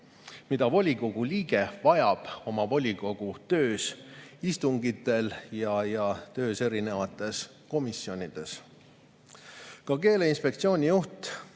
mida volikogu liige vajab oma volikogu töös, istungitel ja töös erinevates komisjonides. Ka Keeleinspektsiooni juht